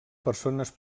persones